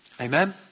Amen